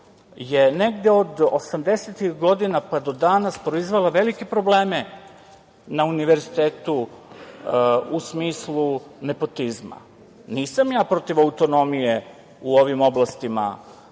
je negde od 80-ih godina pa do danas proizvela velike probleme na univerzitetu u smislu nepotizma. Nisam ja protiv autonomije u ovim oblastima